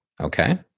Okay